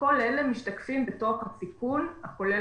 כל אלה משתקפים בתוך הסיכון החולה